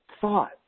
thought